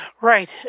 Right